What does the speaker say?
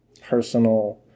personal